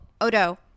Odo